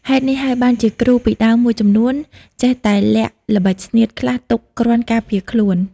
ហេតុនេះហើយបានជាគ្រូពីដើមមួយចំនួន ចេះតែលាក់ល្បិចស្នៀតខ្លះទុកគ្រាន់ការពារខ្លួន ។